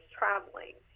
traveling